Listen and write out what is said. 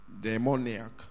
demoniac